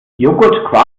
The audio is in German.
joghurt